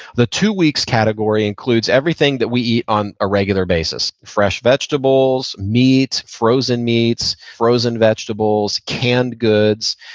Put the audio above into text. the two-weeks category includes everything that we eat on a regular basis. fresh vegetables, meat, frozen meats, frozen vegetables, canned goods,